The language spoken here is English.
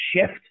shift